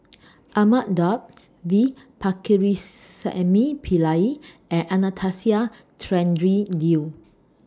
Ahmad Daud V Pakirisamy Pillai and Anastasia Tjendri Liew